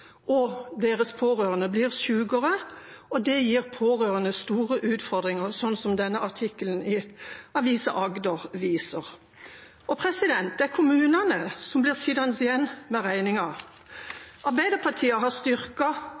og deres pårørende blir sykere, og det gir pårørende store utfordringer, som denne artikkelen i Avisen Agder viser. Det er kommunene som blir sittende igjen med regningen. Arbeiderpartiet har